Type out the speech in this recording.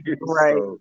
Right